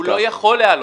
הוא לא יכול להעלות.